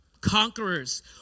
Conquerors